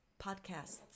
podcasts